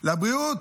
לבריאות.